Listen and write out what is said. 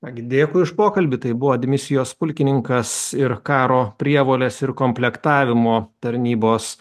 ką gi dėkui už pokalbį tai buvo dimisijos pulkininkas ir karo prievolės ir komplektavimo tarnybos